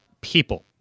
people